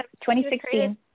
2016